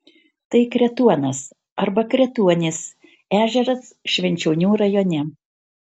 tai kretuonas arba kretuonis ežeras švenčionių rajone